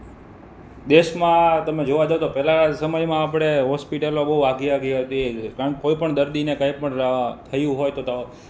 દેશમાં તમે જોવા જાવ તો પહેલાના સમયમાં આપણે હોસ્પિટલો બહુ આઘી આઘી હતી કારણ કોઈપણ દર્દીને કંઈપણ થયું હોય તો